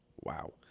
Wow